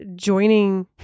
joining